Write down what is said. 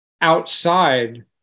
outside